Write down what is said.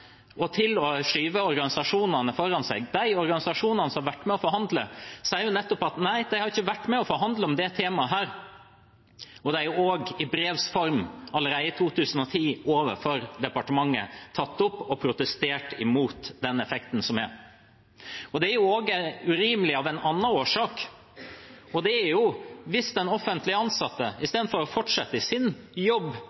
organisasjonene foran seg. Men de organisasjonene som har vært med og forhandlet, sier nettopp at nei, de har ikke vært med og forhandlet om dette temaet, og de har også i brevs form allerede i 2010 overfor departementet tatt opp og protestert mot den effekten. Det er også urimelig av en annen årsak. Hvis den offentlig ansatte istedenfor å fortsette i sin jobb utover fylte 67 år og